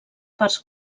parts